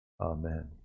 amen